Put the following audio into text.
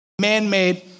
Man-made